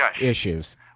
issues